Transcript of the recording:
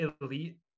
elite